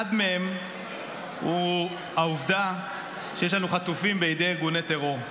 אחד מהם הוא העובדה שיש לנו חטופים בידי ארגוני טרור.